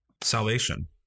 Salvation